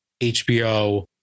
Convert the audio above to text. HBO